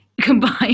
combined